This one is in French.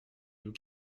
nous